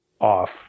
off